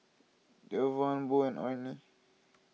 Jevon Bo and Orrie